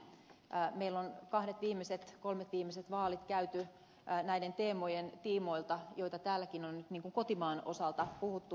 meillä on kahdet kolmet viimeiset vaalit käyty näiden teemojen tiimoilta joista täälläkin nyt on kotimaan osalta puhuttu